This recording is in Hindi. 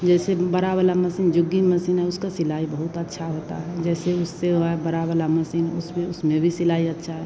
जैसे बड़ी वाली मसीन जुग्गी मसीन है उसकी सिलाई बहुत अच्छी होती है जैसे उससे है बड़ी वाली मसीन उसमें उसमें भी सिलाई अच्छी है